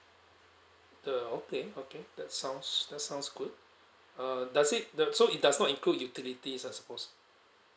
the okay okay that sounds that's sounds good uh does it the so it does not include utility I suppose